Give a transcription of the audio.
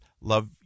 love